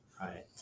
Right